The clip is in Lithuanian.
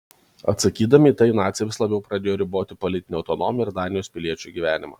atsakydami į tai naciai vis labiau pradėjo riboti politinę autonomiją ir danijos piliečių gyvenimą